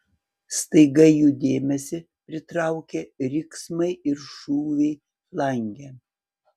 staiga jų dėmesį pritraukė riksmai ir šūviai flange